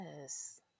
Yes